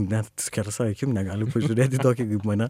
net skersa akim negali pažiūrėt į tokį kaip mane